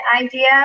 idea